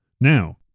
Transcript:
Now